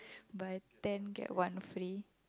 but then get one free